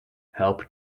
help